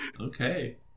okay